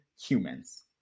humans